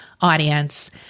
audience